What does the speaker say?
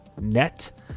net